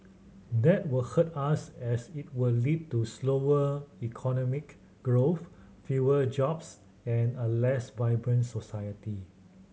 that will hurt us as it will lead to slower economic growth fewer jobs and a less vibrant society